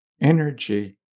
energy